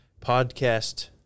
podcast